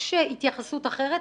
אבל יש התייחסות אחרת,